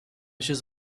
چیز